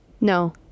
No